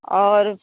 और